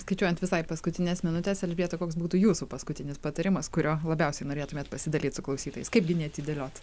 skaičiuojant visai paskutines minutes elžbieta koks būtų jūsų paskutinis patarimas kuriuo labiausiai norėtumėt pasidalyt su klausytojais kaipgi neatidėliot